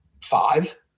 five